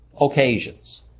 occasions